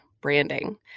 branding